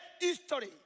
history